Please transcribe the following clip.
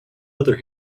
other